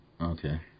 Okay